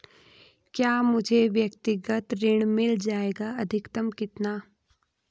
क्या मुझे व्यक्तिगत ऋण मिल जायेगा अधिकतम कितना?